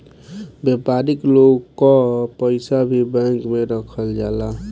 व्यापारिक लोग कअ पईसा भी बैंक में रखल जाला